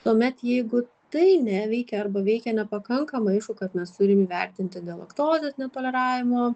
tuomet jeigu tai neveikia arba veikia nepakankamai aišku kad mes turim įvertinti dėl laktozės netoleravimo